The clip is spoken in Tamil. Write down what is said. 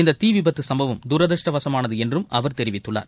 இந்த தீ விபத்து சும்பவம் துரதிருஷ்டசவசமானது என்றும் அவர் தெரிவித்துள்ளார்